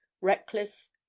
reckless